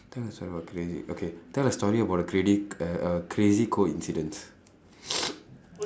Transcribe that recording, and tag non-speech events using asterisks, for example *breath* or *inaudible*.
tell a story about a crazy okay tell a story about a crady uh a crazy coincidence *breath*